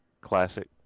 classic